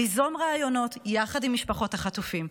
ליזום רעיונות יחד עם משפחות החטופים,